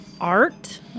Art